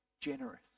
generous